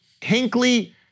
Hinkley